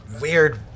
weird